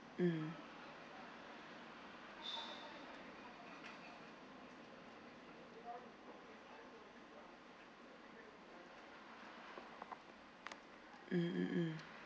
mm mm mm mm